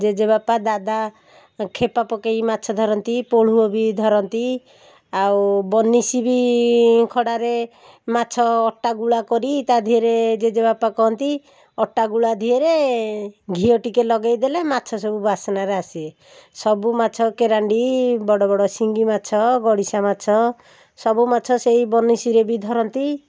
ଜେଜେବାପା ଦାଦା ଖେପା ପକେଇ ମାଛ ଧରନ୍ତି ପୋଳୁହ ବି ଧରନ୍ତି ଆଉ ବନିସୀ ବି ଖଡ଼ାରେ ମାଛ ଅଟାଗୁଳା କରି ତା ଧିଏରେ ଜେଜେବାପା କହନ୍ତି ଅଟାଗୁଳା ଧିଏରେ ଘିଅ ଟିକେ ଲଗେଇ ଦେଲେ ମାଛସବୁ ବାସନାରେ ଆସିବେ ସବୁ ମାଛ କେରାଣ୍ଡି ବଡ଼ବଡ଼ ସିଙ୍ଗିମାଛ ଗଡ଼ିଶା ମାଛ ସବୁମାଛ ସେହି ବନିସୀରେ ବି ଧରନ୍ତି